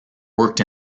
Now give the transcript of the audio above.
worked